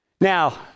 Now